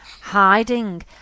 hiding